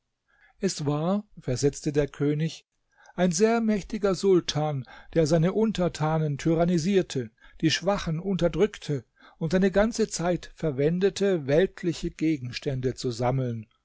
es war versetzte der könig ein sehr mächtiger sultan der seine untertanen tyrannisierte die schwachen unterdrückte und seine ganze zeit verwendete weltliche gegenstände zu sammeln